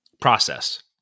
process